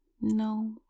No